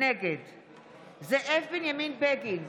נגד זאב בנימין בגין,